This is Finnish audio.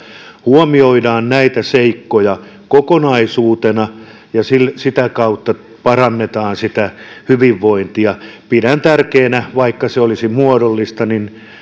huomioidaan näitä seikkoja kokonaisuutena ja sitä kautta parannetaan sitä hyvinvointia pidän tärkeänä vaikka se olisi muodollista